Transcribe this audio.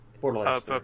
Borderlands